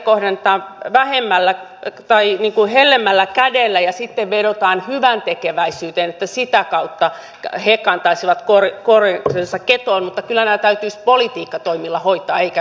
heitä kohdellaan hellemmällä kädellä ja sitten vedotaan hyväntekeväisyyteen että sitä kautta he kantaisivat kortensa kekoon mutta kyllä nämä täytyisi politiikkatoimilla hoitaa eikä hyväntekeväisyydellä